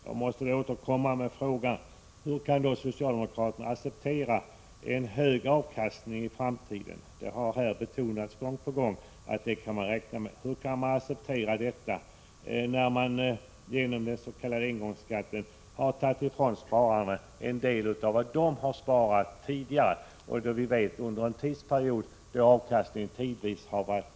Jag måste mot den bakgrunden återkomma med följande fråga: Vad är anledningen till att socialdemokraterna i framtiden kommer att acceptera en hög avkastning — det har här gång på gång betonats att man kan räkna med en sådan — men nu genom den s.k. engångsskatten tar ifrån spararna en del av det som de har sparat under en period då avkastningen tidvis var ganska låg?